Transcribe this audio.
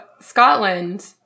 scotland